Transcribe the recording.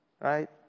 Right